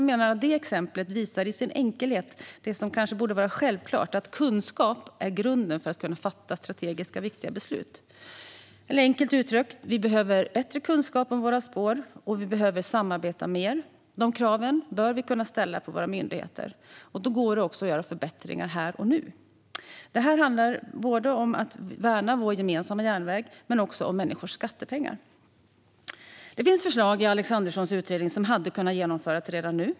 Detta exempel visar i sin enkelhet det som borde vara självklart: att kunskap är grunden för att kunna fatta strategiskt viktiga beslut. Eller enkelt uttryckt: Vi behöver bättre kunskap om våra spår, och vi behöver samarbeta mer. De kraven bör vi kunna ställa på våra myndigheter. Då går det också att göra förbättringar här och nu. Det handlar om att värna vår gemensamma järnväg men också om människors skattepengar. Det finns förslag i Alexanderssons utredning som hade kunnat genomföras redan nu.